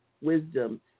wisdom